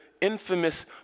infamous